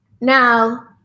Now